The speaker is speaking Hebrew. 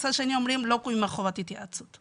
מצד נוסף אומרים לא קוימה חובת התייעצות.